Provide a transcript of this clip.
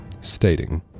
stating